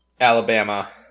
Alabama